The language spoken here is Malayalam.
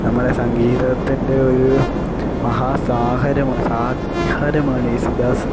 നമ്മുടെ സംഗീതത്തിന്റെ ഒരു മഹാസാഗരം സാഗരം ആണ് യേശുദാസ്